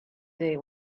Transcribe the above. they